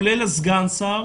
כולל סגן השר,